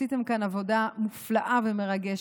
עשיתם כאן עבודה מופלאה ומרגשת,